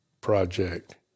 project